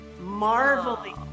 marveling